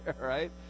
right